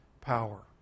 power